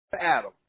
Adam